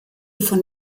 von